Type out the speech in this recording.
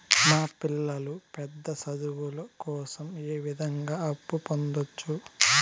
మా పిల్లలు పెద్ద చదువులు కోసం ఏ విధంగా అప్పు పొందొచ్చు?